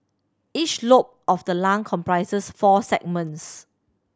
each lobe of the lung comprises four segments